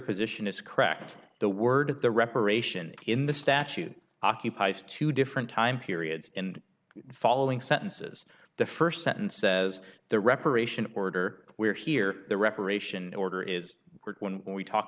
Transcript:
position is correct the word the reparation in the statute occupies two different time periods and the following sentences the first sentence says the reparation order we're here the reparation order is when we talk